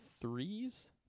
threes